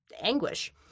anguish